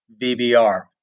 VBR